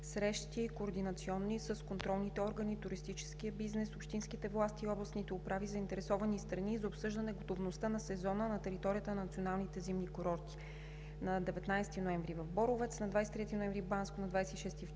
редица координационни срещи с контролните органи и туристическия бизнес, общинските власти и областните управи, заинтересовани страни за обсъждане готовността на сезона на територията на националните зимни курорти